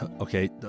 okay